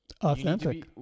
Authentic